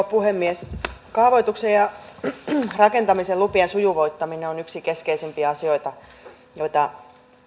puhemies kaavoituksen ja rakentamisen lupien sujuvoittaminen on yksi keskeisimpiä asioita joita